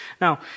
Now